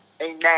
Amen